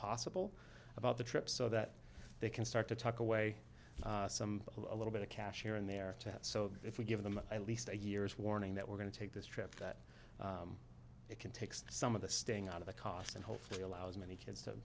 possible about the trip so that they can start to talk away some a little bit of cash here and there so if we give them at least a year's warning that we're going to take this trip that it takes some of the sting out of the cost and hopefully allows many kids to